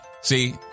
see